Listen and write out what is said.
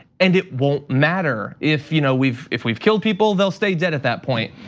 and it won't matter if you know we've if we've killed people, they'll stay dead at that point.